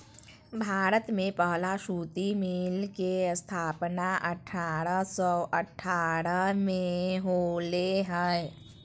भारत में पहला सूती मिल के स्थापना अठारह सौ अठारह में होले हल